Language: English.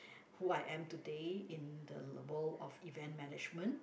who I am today in the board of event management